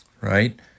right